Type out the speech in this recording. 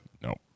nope